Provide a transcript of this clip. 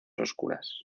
oscuras